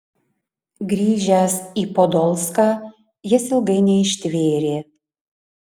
grįžęs į podolską jis ilgai neištvėrė